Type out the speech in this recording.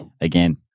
again